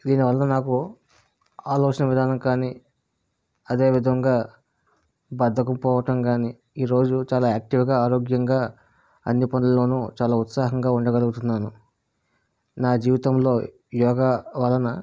దీని వలన నాకు ఆలోచన విధానం కానీ అదేవిధంగా బద్ధకం పోవటం కానీ ఈరోజు చాలా యాక్టివ్గా ఆరోగ్యంగా అన్ని పనుల్లోనూ చాలా ఉత్సాహంగా ఉండగలుగుతున్నాను నా జీవితంలో యోగా వలన